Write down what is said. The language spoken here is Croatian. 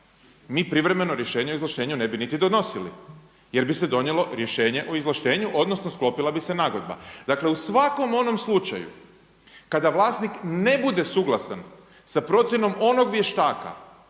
mi privremeno rješenje o izvlaštenju ne bi niti donosili jer bi se donijelo rješenje o izvlaštenju odnosno sklopila bi se nagodba. Dakle u svakom onom slučaju kada vlasnik ne bude suglasan sa procjenom onog vještaka